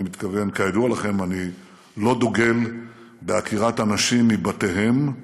כידוע לכם אני לא דוגל בעקירת אנשים מבתיהם,